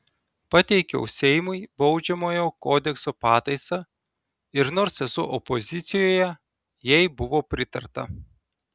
pateikiau seimui baudžiamojo kodekso pataisą ir nors esu opozicijoje jai buvo pritarta